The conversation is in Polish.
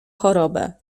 chorobę